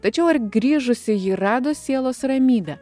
tačiau ar grįžusi ji rado sielos ramybę